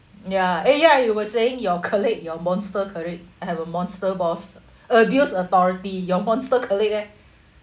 ya eh ya you were saying your colleague your monster colleague I have a monster boss abuse authority your monster colleague leh